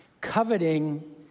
Coveting